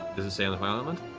does it say on the fire um and